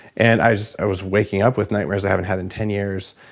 and i i was waking up with nightmares i haven't had in ten years,